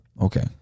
Okay